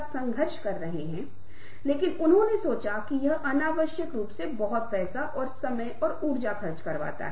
नई कार्य प्रक्रियाओं को विकसित करना रचनात्मकता महत्वपूर्ण विश्लेषणात्मक सोच और समस्या को हल करने के लिए बहुत दृढ़ता से जुड़ा हुआ है और यहां पर लागू किया जा सकता है